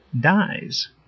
dies